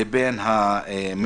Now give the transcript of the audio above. גם בתקנות שהיו קודם היו דברים שפנינו